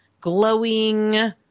glowing